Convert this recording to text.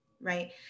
right